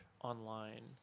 Online